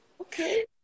okay